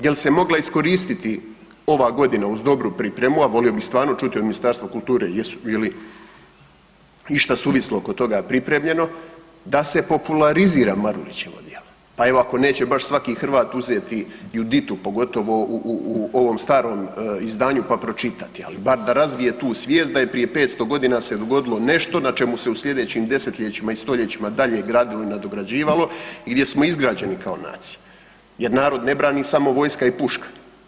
Je li se mogla iskoristiti ova godina uz dobru pripremu, a volio bih stvarno čuti od Ministarstva kulture je li išta suvislo oko toga pripremljeno, da se popularizira Marulićevo djelo, pa evo, ako neće baš svaki Hrvat uzeti Juditu, pogotovo u ovom starom izdanju pa pročitati, ali bar da razvije tu svijest da je prije 500 godina se dogodilo nešto na čemu se u sljedećim desetljećima i stoljećima dalje gradilo i nadograđivalo i gdje smo izgrađeni kao nacija jer narod ne brani samo vojska i puška.